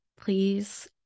please